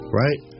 right